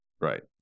Right